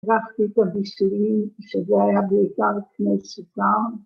‫רציתי את הבישולים ‫שזה היה בעיקר קני סוכר.